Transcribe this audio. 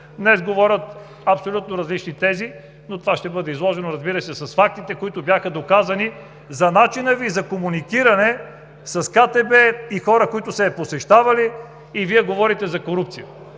днес говорят абсолютно различни тези, но това ще бъде изложено, разбира се, с фактите, които бяха доказани за начина Ви за комуникиране с КТБ и хора, които са я посещавали. И Вие говорите за корупция?!